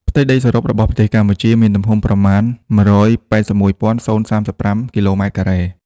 ផ្ទៃដីសរុបរបស់ប្រទេសកម្ពុជាមានទំហំប្រមាណ ១៨១.០៣៥ គីឡូម៉ែត្រការ៉េ។